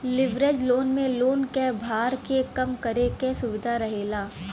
leverage loan में loan क भार के कम करे क सुविधा रहेला